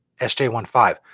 SJ15